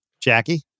Jackie